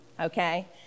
Okay